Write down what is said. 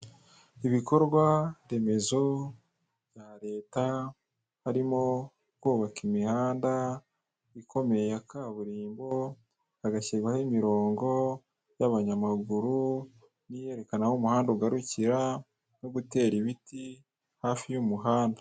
Ibikorwa remezo bya Leta harimo kubaka imihanda ikomeye ya kaburimbo, hagashyirwaho imirongo y'abanyamaguru n'iyerekana aho umuhanda ugarukira no gutera ibiti hafi y'umuhanda.